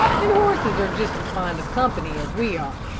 and horses are just as fond of company as we are.